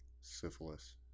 Syphilis